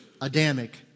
Adamic